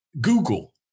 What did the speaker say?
Google